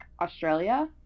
Australia